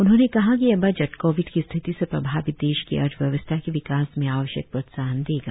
उन्होंने कहा कि यह बजट कोविड की स्थिति से प्रभावित देश की अर्थव्यवस्था के विकास में आवश्यक प्रोत्साहन देगा